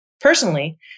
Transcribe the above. Personally